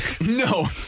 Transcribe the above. No